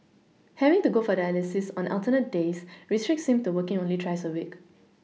having to go for dialysis on alternate days restricts him to working only thrice a week